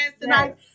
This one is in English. tonight